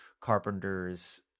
Carpenter's